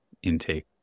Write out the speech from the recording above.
intake